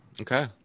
Okay